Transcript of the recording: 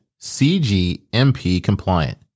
CGMP-compliant